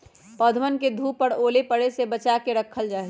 पौधवन के धूप और ओले पड़े से बचा के रखल जाहई